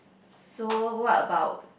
so what about